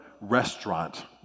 restaurant